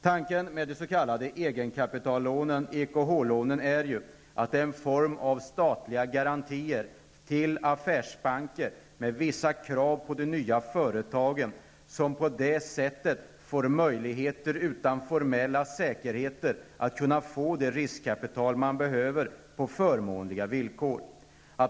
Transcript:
Tanken med de s.k. egenkapitallånen, EKH-lånen, är ju att de är en form av statliga garantier till affärsbanker, och det ställs vissa krav på de nya företagen, som på det sättet har möjligheter att utan formella säkerheter få det riskkapital som de behöver på förmånliga villkor.